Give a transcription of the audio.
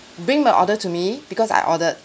bring my order to me because I ordered